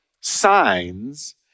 signs